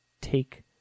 take